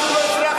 אנחנו לא הצלחנו.